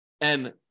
and-